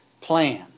plan